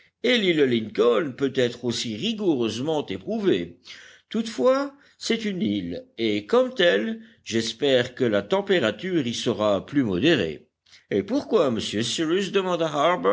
et l'île lincoln peut être aussi rigoureusement éprouvée toutefois c'est une île et comme telle j'espère que la température y sera plus modérée et pourquoi monsieur cyrus demanda